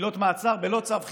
עילות מעצר בלא צו חיפוש,